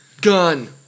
gun